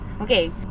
Okay